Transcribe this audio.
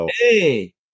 Hey